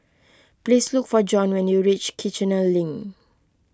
please look for Jon when you reach Kiichener Link